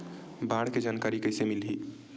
बाढ़ के जानकारी कइसे मिलही?